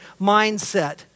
mindset